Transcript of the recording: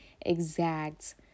exact